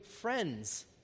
friends